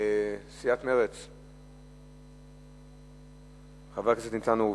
סיעת מרצ, חבר הכנסת ניצן הורוביץ,